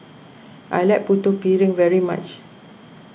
I like Putu Piring very much